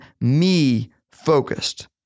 me-focused